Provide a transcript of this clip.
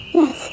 yes